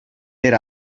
per